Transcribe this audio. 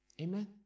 Amen